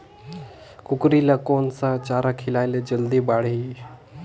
कूकरी ल कोन सा चारा खिलाय ल जल्दी बाड़ही?